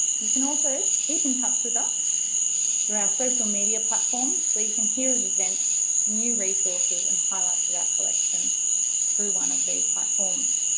you can also keep in touch with us through our social media platforms where you can hear of events, new resources and highlights of our collection through one of these platforms.